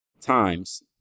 times